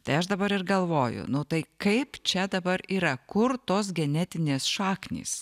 tai aš dabar ir galvoju nu tai kaip čia dabar yra kur tos genetinės šaknys